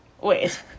wait